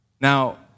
Now